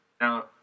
Now